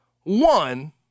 One